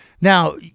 Now